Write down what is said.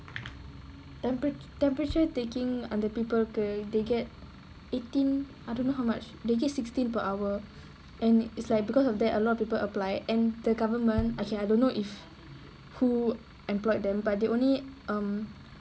temper~ temperature taking அந்த:antha people they get eighteen I don't know how much they just sixteen per hour and it's like because of that a lot of people apply and the government okay I don't know if who employed them but they only um